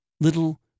Little